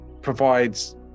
provides